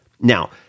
Now